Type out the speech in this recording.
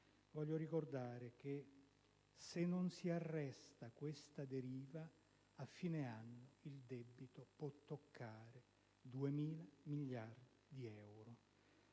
Voglio ricordare che se non si arresta questa deriva, a fine anno il debito può toccare 2.000 miliardi di euro.